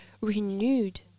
renewed